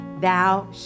Thou